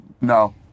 No